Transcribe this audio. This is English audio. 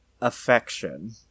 affection